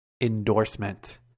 endorsement